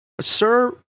Sir